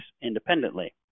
independently